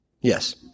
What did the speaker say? Yes